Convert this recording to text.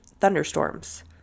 thunderstorms